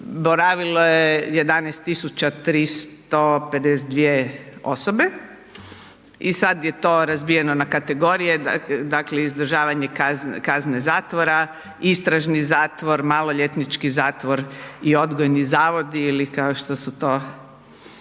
boravilo je 11 352 osobe i sad je to razbijeno na kategorije, dakle izdržavanje kazne zatvora, istražni zatvor, maloljetnički zatvor i odgojni zavod ili kao što su to